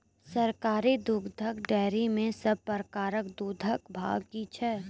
सरकारी दुग्धक डेयरी मे सब प्रकारक दूधक भाव की छै?